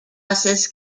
buses